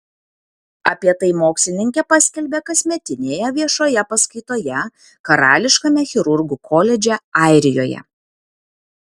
apie tai mokslininkė paskelbė kasmetinėje viešoje paskaitoje karališkame chirurgų koledže airijoje